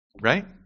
right